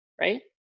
right